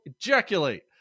ejaculate